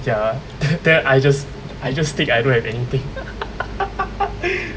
ya then I just I just tick I don't have anything